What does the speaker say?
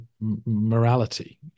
morality